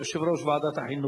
יושב-ראש ועדת החינוך.